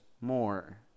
more